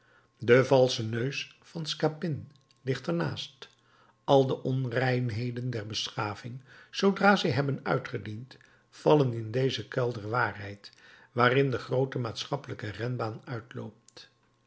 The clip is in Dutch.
de valsche neus van scapin ligt er naast al de onreinheden der beschaving zoodra zij hebben uitgediend vallen in dezen kuil der waarheid waarin de groote maatschappelijke renbaan uitloopt